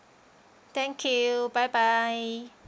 thank you bye bye